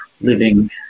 living